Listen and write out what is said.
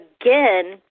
again